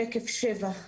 (שקף 7: